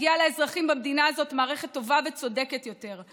מגיעה לאזרחים במדינה הזאת מערכת טובה וצודקת יותר.